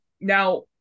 Now